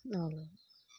அவ்வளோ தான்